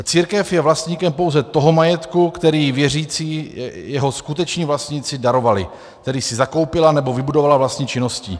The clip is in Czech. Církev je vlastníkem pouze toho majetku, který jí věřící, jeho skuteční vlastníci, darovali, který si zakoupila nebo vybudovala vlastní činností.